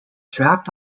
trapped